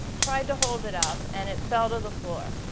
tried to hold it up and it fell to the floor.